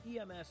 EMS